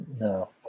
no